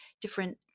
different